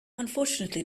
unfortunately